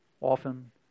often